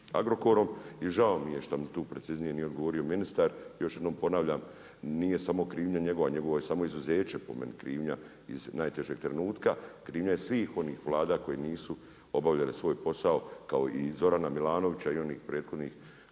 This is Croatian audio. Agrokorom. I žao mi je šta mi tu preciznije nije odgovorio ministar. Još jednom ponavljam, nije samo krivnja njegova, njegovo je samo izuzeće po meni krivnja iz najtežeg trenutka. Krivnja je svih onih Vlada koje nisu obavljale svoj posao kao i Zorana Milanovića i onih prethodnih